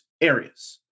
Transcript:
areas